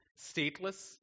stateless